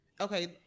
okay